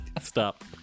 Stop